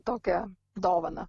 tokią dovaną